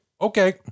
okay